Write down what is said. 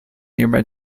nearby